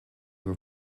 were